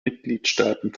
mitgliedstaaten